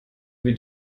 wie